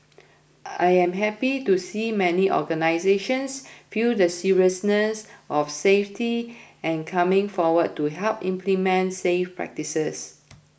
I am happy to see many organisations view the seriousness of safety and coming forward to help implement safe practices